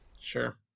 sure